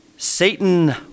Satan